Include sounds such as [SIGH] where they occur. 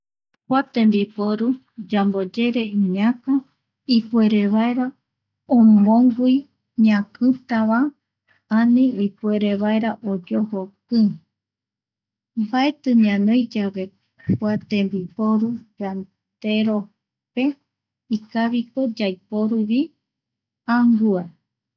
Kua tembiporu yamboyere iñaka ipuere vaera omongui ñakitava [NOISE] ani ipuere vaera oyojo ki, mbaeti ñanoi yave kua [NOISE] tembiporu yande, rope yave ipuere yaiporuvi angua.